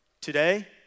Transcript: today